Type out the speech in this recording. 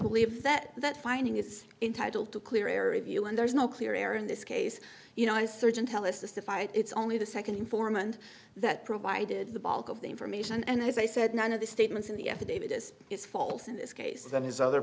believe that that finding is entitle to clear error of you and there is no clear error in this case you know a surgeon tell us to fight it's only the second informant that provided the bulk of the information and as i said none of the statements in the affidavit is is false in this case and his other